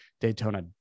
Daytona